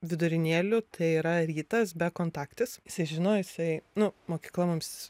vidurinėliu tai yra rytas bekontaktis jisai žino jisai nu mokykla mums